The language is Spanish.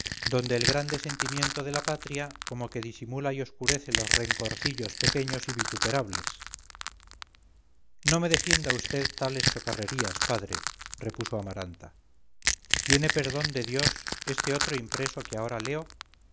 donde el grande sentimiento de la patria comoque disimula y oscurece los rencorcillos pequeños y vituperables no me defienda vd tales chocarrerías padre repuso amaranta tiene perdón de dios este otro impreso que ahora leo